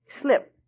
slip